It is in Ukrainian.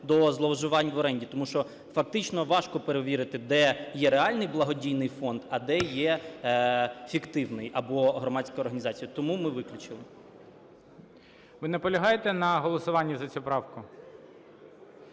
до зловживань в оренді. Тому що фактично важко перевірити, де є реальний благодійний фонд, а де є фіктивний або громадської організації. Тому ми виключили. ГОЛОВУЮЧИЙ. Ви наполягаєте на голосуванні за цю правку?